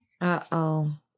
Uh-oh